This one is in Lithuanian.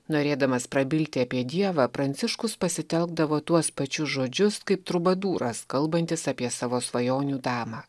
norėdamas prabilti apie dievą pranciškus pasitelkdavo tuos pačius žodžius kaip trubadūras kalbantis apie savo svajonių damą